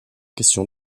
question